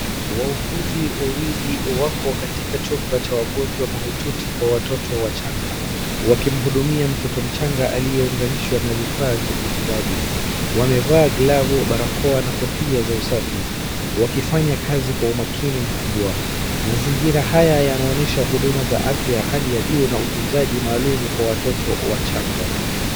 Wauguzi wawili wako katika chumba cha wagonjwa mahututi kwa watoto wachanga, wakimhudumia mtoto mchanga aliyeunganishwa na vifaa vya kitibabu. Wamevaa glavu, barakoa na kofia za usafi, wakifanya kazi kwa umakini mkubwa. Mazingira haya yanaonesha huduma za afya ya hali ya juu na utunzaji maalumu kwa watoto wachanga.